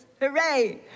Hooray